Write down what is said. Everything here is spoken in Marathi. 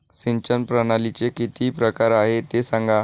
सिंचन प्रणालीचे किती प्रकार आहे ते सांगा